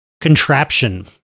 contraption